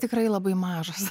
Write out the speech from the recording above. tikrai labai mažas